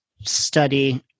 study